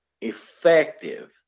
effective